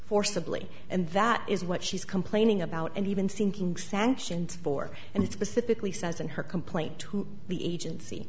forcibly and that is what she's complaining about and even sinking sanctions for and it's pacifically says in her complaint to the agency